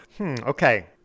Okay